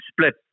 split